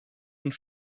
und